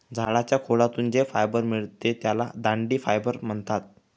झाडाच्या खोडातून जे फायबर मिळते त्याला दांडी फायबर म्हणतात